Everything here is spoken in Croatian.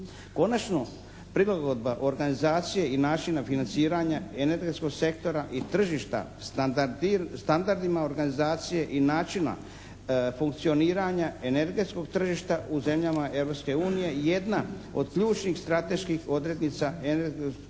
Konačno, prilagodba organizacije i načina financiranja energetskog sektora i tržišta standardima organizacije i načina funkcioniranja energetskog tržišta u zemljama Europske unije je jedna od ključnih strateških odrednica energetskog razvitka